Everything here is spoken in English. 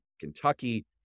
Kentucky